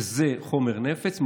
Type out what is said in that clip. וזה חומר נפץ,